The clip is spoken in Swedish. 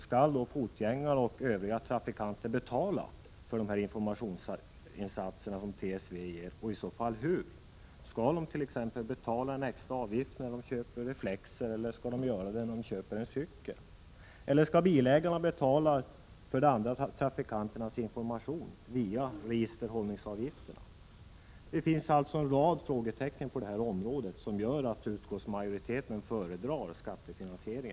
Skall då fotgängare och övriga trafikanter betala för dessa informationsinsatser som TSV gör, och i så fall hur? Skall de t.ex. betala en extra avgift när de köper reflexer, eller skall de göra det när de köper en cykel? Eller skall bilägarna betala för de andra trafikanternas information via registerhållningsavgifterna? Det finns alltså en rad frågetecken på det här området, som gör att — Prot. 1986/87:94 utskottsmajoriteten föredrar skattefinansiering.